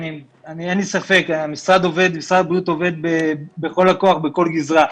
אין לי ספק, המשרד עובד בכל הכוח בכל גזרה.